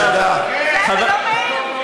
אתה וירון מזוז, מאיפה באת?